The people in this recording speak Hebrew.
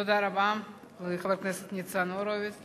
תודה רבה לחבר הכנסת ניצן הורוביץ.